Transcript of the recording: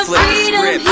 freedom